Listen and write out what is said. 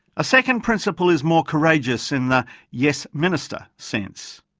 ah second principle is more courageous in the yes minister sense.